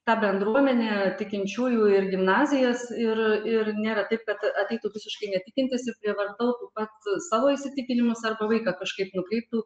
tą bendruomenę tikinčiųjų ir gimnazijas ir ir nėra taip kad ateitų visiškai netikintis ir prievartautų pats savo įsitikinimus arba vaiką kažkaip nukreiptų